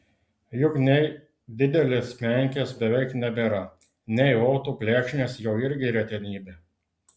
juk nei didelės menkės beveik nebėra nei otų plekšnės jau irgi retenybė